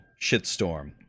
shitstorm